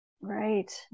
right